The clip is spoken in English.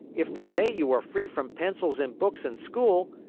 if today you are free from pencils and books and school,